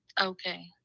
Okay